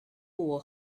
will